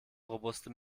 robuste